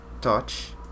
touch